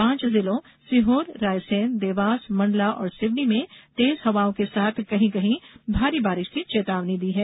पांच जिलों सीहोर रायसेन देवास मंडला और सिवनी में तेज हवाओं के साथ कहीं कहीं भारी बारिश की चेतावनी दी हैं